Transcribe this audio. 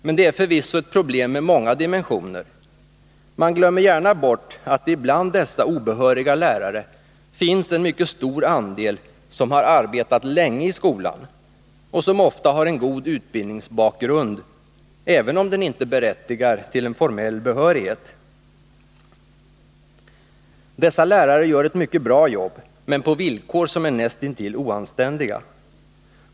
Men det är förvisso ett problem med många dimensioner. Man glömmer gärna bort att det bland dessa obehöriga lärare finns en mycket stor andel som har arbetat länge i skolan och som ofta har en god utbildningsbakgrund, även om den inte berättigar till en formell behörighet. Dessa lärare gör ett mycket bra jobb, men på villkor som är näst intill oanständiga.